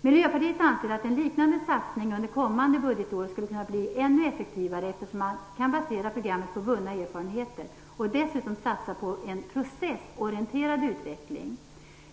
Vi i Miljöpartiet anser att en liknande satsning under kommande budgetår skulle kunna bli ännu effektivare, eftersom programmet kan baseras på vunna erfarenheter. Dessutom kan man satsa på en processorienterad utveckling.